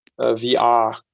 VR